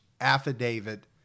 affidavit